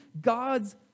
God's